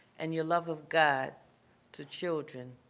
and your love of god to children,